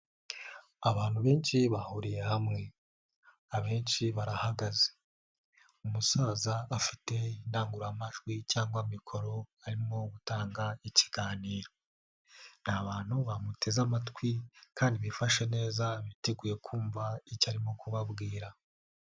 Abantu benshi bahuriye hamwe, abenshi barahagaze. Umusaza afite indangururamajwi cyangwa mikoro arimo gutanga ikiganiro. Ni abantu bamuteze amatwi, kandi bifashe neza biteguye kumva icyo arimo kubabwira.